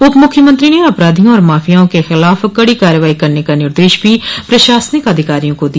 उप मुख्यमंत्री ने अपराधियों और माफियाओं के ख़िलाफ़ कड़ी कार्रवाई करने का निर्देश भी प्रशासनिक अधिकारियों को दिया